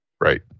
Right